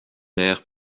mère